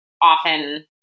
often